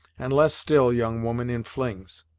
and less still, young woman, in flings.